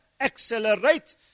accelerate